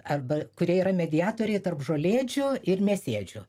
arba kurie yra mediatoriai tarp žolėdžių ir mėsiaėdžių